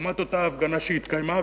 לעומת אותה הפגנה שהתקיימה,